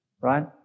right